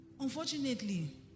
Unfortunately